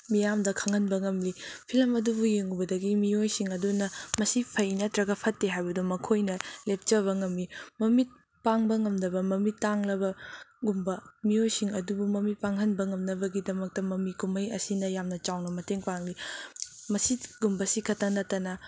ꯃꯤꯌꯥꯝꯗ ꯈꯪꯍꯟꯕ ꯉꯝꯃꯤ ꯐꯤꯂꯝ ꯑꯗꯨꯕꯨ ꯌꯦꯡꯉꯨꯕꯗꯒꯤ ꯃꯤꯑꯣꯏꯁꯤꯡ ꯑꯗꯨꯅ ꯃꯁꯤ ꯐꯩ ꯅꯠꯇ꯭ꯔꯒ ꯐꯠꯇꯦ ꯍꯥꯏꯕꯗꯨ ꯃꯈꯣꯏꯅ ꯂꯦꯞꯆꯕ ꯉꯝꯃꯤ ꯃꯃꯤꯠ ꯄꯥꯡꯕ ꯉꯝꯗꯕ ꯃꯃꯤꯠ ꯇꯥꯡꯂꯕꯒꯨꯝꯕ ꯃꯤꯑꯣꯏꯁꯤꯡ ꯑꯗꯨꯕꯨ ꯃꯃꯤꯠ ꯄꯥꯡꯍꯟꯕ ꯉꯝꯅꯕꯒꯤꯗꯃꯛꯇ ꯃꯃꯤ ꯀꯨꯝꯍꯩ ꯑꯁꯤꯅ ꯌꯥꯝꯅ ꯆꯥꯎꯅ ꯃꯇꯦꯡ ꯄꯥꯡꯉꯤ ꯃꯁꯤꯒꯨꯝꯕꯁꯤ ꯈꯛꯇ ꯅꯠꯇꯅ